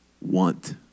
want